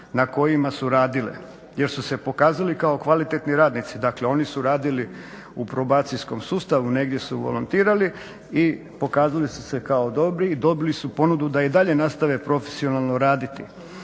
na kojima su radile, jer su se pokazali kao kvalitetni radnici. Dakle, oni su radili u probacijskom sustavu, negdje su volontirali i pokazali su se kao dobri i dobili su ponudu da i dalje nastave profesionalno raditi.